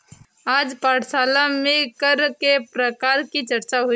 आज पाठशाला में कर के प्रकार की चर्चा हुई